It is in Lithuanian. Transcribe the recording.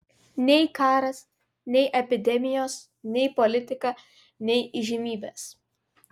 nei karas nei epidemijos nei politika nei įžymybės